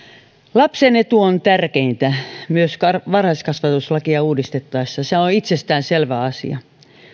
lapsen etu on tärkeintä myös varhaiskasvatuslakia uudistettaessa se on itsestäänselvä asia